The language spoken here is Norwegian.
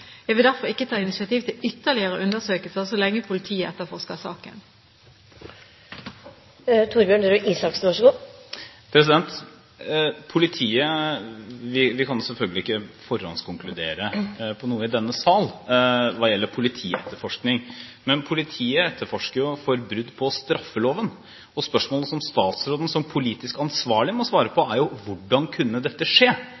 Jeg vil derfor ikke ta initiativ til ytterligere undersøkelser så lenge politiet etterforsker saken. Vi kan selvfølgelig ikke forhåndskonkludere noe i denne sal hva gjelder politietterforskning, men politiet etterforsker eventuelle brudd på straffeloven. Spørsmålet som statsråden som politisk ansvarlig må svare på, er: Hvordan kunne dette skje?